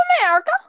America